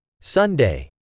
Sunday